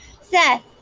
Seth